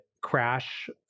Crash